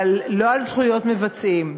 אבל לא על זכויות מבצעים.